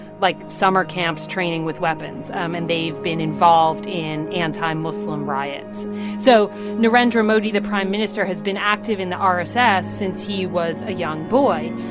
like, summer camps training with weapons. um and they've been involved in anti-muslim riots so narendra modi, the prime minister, has been active in the rss ah since he was a young boy.